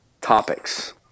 topics